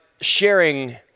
sharing